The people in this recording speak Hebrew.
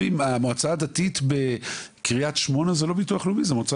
המועצה הדתית בקריית שמונה היא לא ביטוח לאומי אלא מועצה